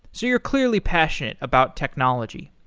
so you're clearly passionate about technology.